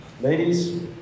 ladies